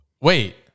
wait